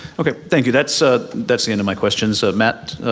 okay, thank you, that's ah that's the end of my questions. matt,